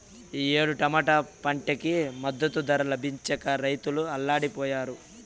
ఈ ఏడు టమాటా పంటకి మద్దతు ధర లభించక రైతులు అల్లాడిపొయ్యారు